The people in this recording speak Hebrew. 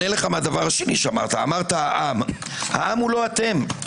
העם הוא לא אתם.